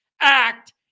act